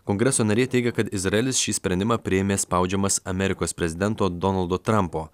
kongreso nariai teigia kad izraelis šį sprendimą priėmė spaudžiamas amerikos prezidento donaldo trampo